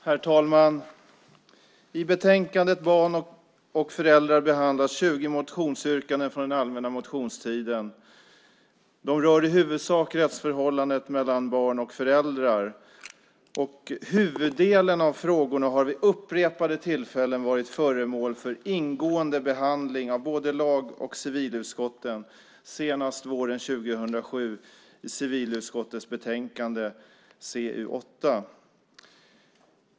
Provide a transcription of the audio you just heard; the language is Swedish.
Herr talman! I betänkandet Barn och föräldrar behandlas 20 motionsyrkanden från den allmänna motionstiden. De rör i huvudsak rättsförhållandet mellan barn och föräldrar. Huvuddelen av frågorna har vid upprepade tillfällen varit föremål för ingående behandling av både lagutskottet och civilutskottet, senast våren 2007 i civilutskottets betänkande CU8.